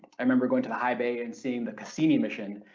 i remember going to the high bay and seeing the cassini mission.